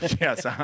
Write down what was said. yes